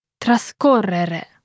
trascorrere